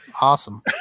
Awesome